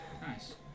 Nice